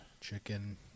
Chicken